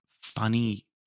funny